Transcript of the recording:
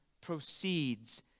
proceeds